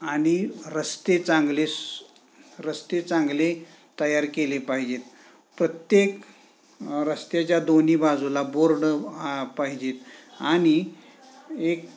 आणि रस्ते चांगले सु रस्ते चांगले तयार केले पाहिजेत प्रत्येक रस्त्याच्या दोन्ही बाजूला बोर्ड पाहिजेत आणि एक